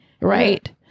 Right